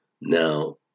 Now